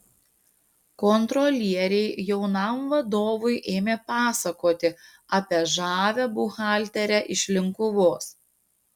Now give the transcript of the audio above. kontrolieriai jaunam vadovui ėmė pasakoti apie žavią buhalterę iš linkuvos